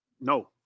No